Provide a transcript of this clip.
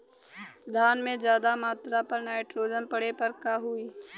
धान में ज्यादा मात्रा पर नाइट्रोजन पड़े पर का होई?